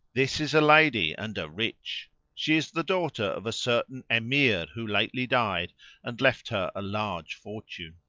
this is a lady and a rich she is the daughter of a certain emir who lately died and left her a large fortune.